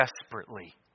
desperately